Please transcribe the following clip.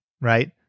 right